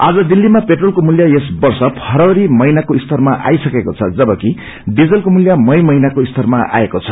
आज दिल्लीमा पेट्रोलको मूल्य यस वर्ष फरवरी महिनाको स्तरामा आइसकेको छ जबकि डिजलको मूल्य मई महिनाको स्तरामा आएको छ